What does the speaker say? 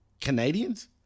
Canadians